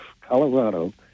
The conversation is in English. Colorado